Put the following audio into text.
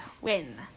win